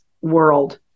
world